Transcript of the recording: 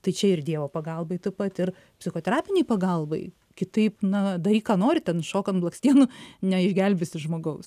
tai čia ir dievo pagalbai taip pat ir psichoterapinei pagalbai kitaip na daryk ką nori ten šok ant blakstienų neišgelbėsi žmogaus